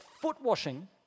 foot-washing